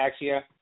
Axia